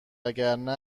وگرنه